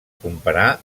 comparar